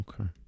Okay